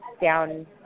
down